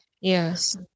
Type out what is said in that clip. Yes